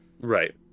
right